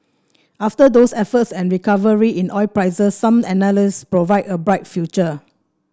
after those efforts and a recovery in oil prices some analysts provide a bright future